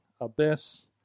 abyss